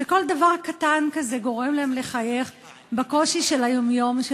שכל דבר קטן כזה גורם להם לחייך בקושי של היום-יום.